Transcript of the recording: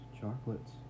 chocolates